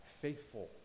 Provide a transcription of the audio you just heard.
faithful